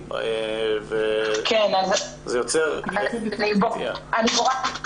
העניין הוא שאני מקבלת "אחד על